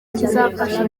kizafasha